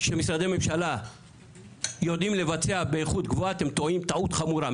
שמשרדי ממשלה יודעים לבצע באיכות גבוהה אתם טועים טעות חמורה.